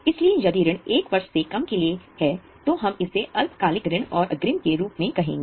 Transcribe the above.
इसलिए यदि ऋण 1 वर्ष से कम समय के लिए है तो हम इसे अल्पकालिक ऋण और अग्रिम के रूप में कहेंगे